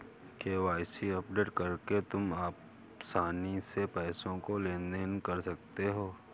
KYC update करके तुम आसानी से पैसों का लेन देन कर सकते हो